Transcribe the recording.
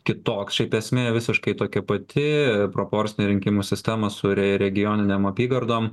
kitoks šiaip esmė visiškai tokia pati proporcinė rinkimų sistema su re regioninėm apygardom